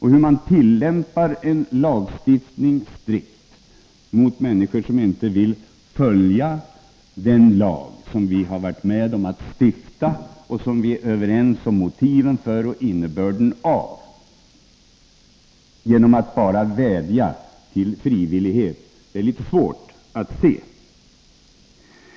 Hur man tillämpar en lagstiftning strikt mot människor som inte vill följa den lag som vi har varit med om att stifta — en lag vars motiv och innebörd vi också är överens om — genom att bara vädja till frivillighet är litet svårt att se.